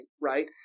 Right